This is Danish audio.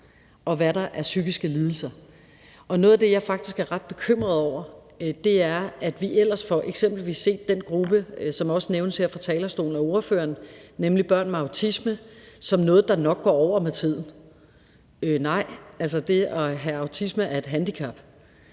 og hvad der er psykiske lidelser. Og noget af det, jeg faktisk er ret bekymret over, er, hvordan vi ser på eksempelvis den gruppe, som også nævnes her fra talerstolen af ordføreren for forslagsstillerne, nemlig børn med autisme, altså at vi ser det som noget, der nok går over med tiden. Nej, det at have autisme er et handicap.